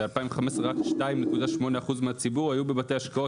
ב-2015 רק 2.8% מהציבור היו בבתי השקעות.